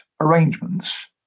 arrangements